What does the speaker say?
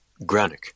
Granick